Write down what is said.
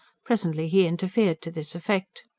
presently he interfered to this effect.